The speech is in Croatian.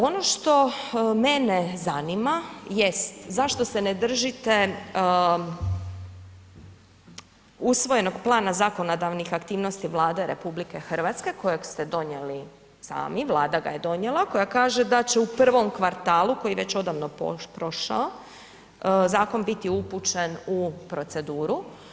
Ono što mene zanima jest zašto se ne držite usvojenog plana zakonodavnih aktivnosti Vlade RH kojeg ste donijeli sami, Vlada ga je donijela koja kaže da će u prvom kvartalu, koji je već odavno prošao, zakon biti upućen u proceduru.